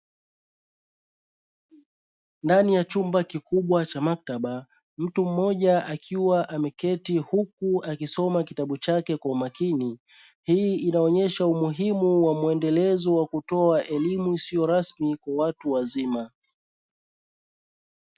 Ndani ya chumba kikubwa cha maktaba mtu mmoja akiwa ameketi, huku akisoma kitabu chake kwa umakini, hii inaonyesha umuhimu wa muendelezo wa kutoa elimu isiyo rasmi kwa watu wazima.